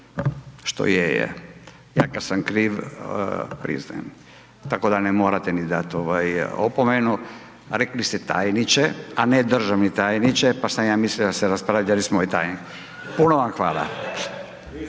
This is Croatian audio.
je je, ja kad sam kriv priznajem, tako da ne morate mi dat ovaj opomenu, rekli ste tajniče, a ne državni tajniče, pa sam ja mislio da ste raspravljali s mojim tajnikom. Puno vam hvala